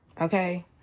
Okay